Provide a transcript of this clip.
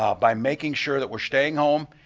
ah by making sure that we're staying home,